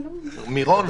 מירון?